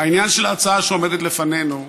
לעניין ההצעה שעומדת לפנינו,